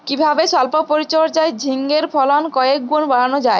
কিভাবে সল্প পরিচর্যায় ঝিঙ্গের ফলন কয়েক গুণ বাড়ানো যায়?